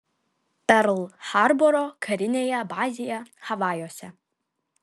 perl harboro karinėje bazėje havajuose